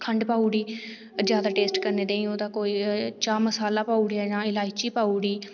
खंड पाई ओड़ी जादा टेस्ट करने ताईं ओह्दा जां मसाला पाई ओड़ेआ जां इलायची पाई ओड़ी